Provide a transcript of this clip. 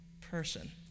person